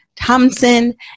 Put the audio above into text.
Thompson